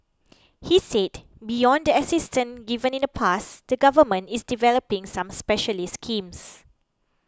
he said beyond the assistance given in the past the Government is developing some specialised schemes